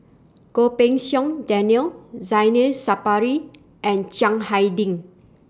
Goh Pei Siong Daniel Zainal Sapari and Chiang Hai Ding